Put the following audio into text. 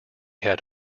had